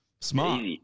Smart